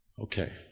Okay